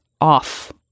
off